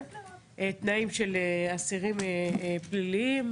תנאים של אסירים פליליים,